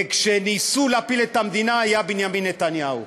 וכשניסו להפיל את המדינה היה בנימין נתניהו.